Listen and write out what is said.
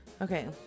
Okay